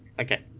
Okay